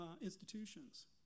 institutions